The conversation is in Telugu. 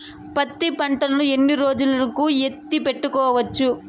పత్తి పంటను ఎన్ని రోజులు ఎత్తి పెట్టుకోవచ్చు?